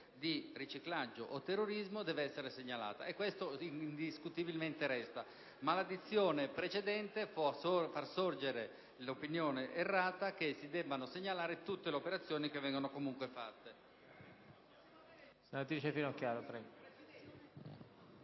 di riciclaggio o terrorismo, deve essere segnalata. Questa norma, indiscutibilmente, resta, ma la dizione precedente potrebbe far sorgere l'opinione errata che si debbano segnalare tutte le operazioni che vengono effettuate.